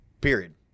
period